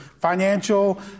financial